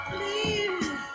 Please